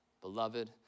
Beloved